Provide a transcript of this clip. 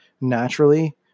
naturally